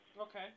Okay